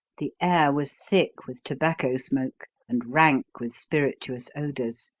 the air was thick with tobacco smoke and rank with spirituous odours.